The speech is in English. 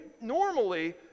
normally